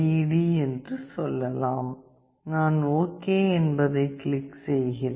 D என்று சொல்லலாம் நான் ஓகே என்பதைக் கிளிக் செய்கிறேன்